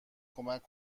کمک